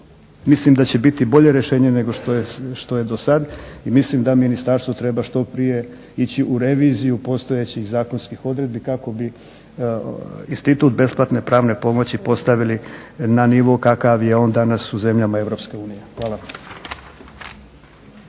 Mislim da će biti bolje rješenje nego što je dosad i mislim da ministarstvo treba što prije ići u reviziju postojećih zakonskih odredbi kako bi institut besplatne pravne pomoći postavili na nivo kakav je on danas u zemljama EU. Hvala.